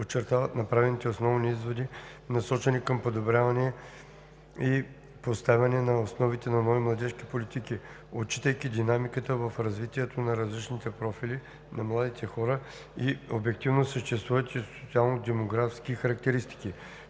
очертават направените основни изводи, насочени към подобряване и поставянето на основите на нови младежки политики, отчитайки динамиката в развитието на различните профили на младите хора и обективно съществуващите социо демографски характеристики.